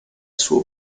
suo